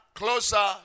closer